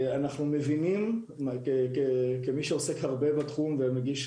אנחנו מבינים וחווים את